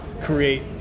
create